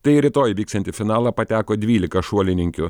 tai į rytoj vyksiantį finalą pateko dvylika šuolininkių